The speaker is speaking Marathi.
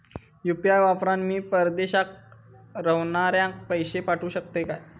यू.पी.आय वापरान मी परदेशाक रव्हनाऱ्याक पैशे पाठवु शकतय काय?